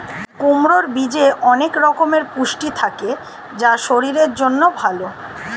কুমড়োর বীজে অনেক রকমের পুষ্টি থাকে যা শরীরের জন্য ভালো